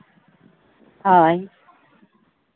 ᱦᱳᱭ